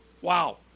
Wow